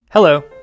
Hello